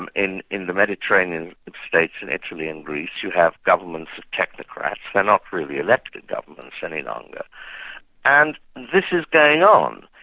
and in in the mediterranean states, in italy and greece, you have governments technocrats, they're not really elected governments any longerand and this is going on.